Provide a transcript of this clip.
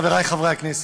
חברי חברי הכנסת,